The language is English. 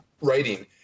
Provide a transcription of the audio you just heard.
writing